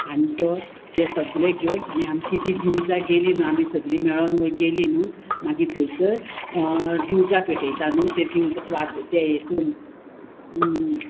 आनी तो ते सगळे घेवन आनी आमची ती दिवजा गेली न्हू आमी सगळीं मेळोन गेली न्हू मागीर थंयसर दिवजा पेटयता न्हू ते दिवजा वाज ते हेतून